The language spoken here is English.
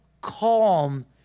calm